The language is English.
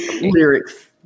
Lyrics